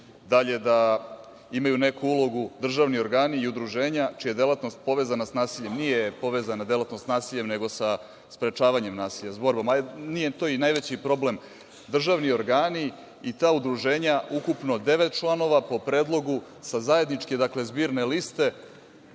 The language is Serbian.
Dalje, da imaju neku ulogu državni organi i udruženja čija je delatnost povezana sa nasiljem. Nije povezana delatnost s nasiljem, nego sa sprečavanjem nasilja. Nije to ni najveći problem. Državni organi i ta udruženja, ukupno devet članova, po predlogu sa zajedničke zbirne liste,